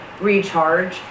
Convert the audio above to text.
recharge